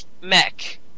Mech